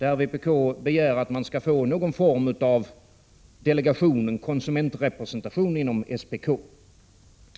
I denna reservation begär vpk att någon form av delegation skall inrättas — en konsumentpresentation — inom SPK.